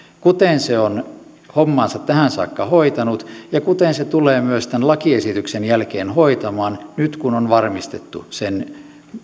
kuten se on hommansa tähän saakka hoitanut ja kuten se tulee myös tämän lakiesityksen jälkeen hoitamaan nyt kun on varmistettu sen